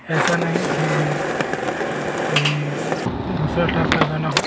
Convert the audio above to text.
ऐसा नहीं है कि कोई दूसरा टाइप का गाना हो